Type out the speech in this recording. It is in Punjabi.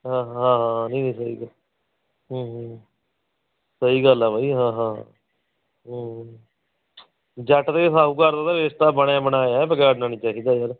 ਹਾਂ ਹਾਂ ਨਹੀਂ ਨਹੀਂ ਸਹੀ ਹੂੰ ਹੂੰ ਸਹੀ ਗੱਲ ਆ ਬਾਈ ਹਾਂ ਹਾਂ ਹੂੰ ਹੂੰ ਜੱਟ ਅਤੇ ਸ਼ਾਹੂਕਾਰ ਦਾ ਤਾਂ ਰਿਸ਼ਤਾ ਬਇਆ ਬਣਾਇਆ ਇਹ ਵਿਗਾੜਨਾ ਨਹੀਂ ਚਾਹੀਦਾ ਯਾਰ